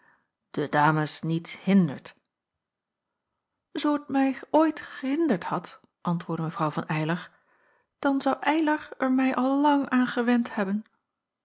de dames niet hindert zoo t mij ooit gehinderd had antwoordde mw van eylar dan zou eylar er mij al lang aan gewend hebben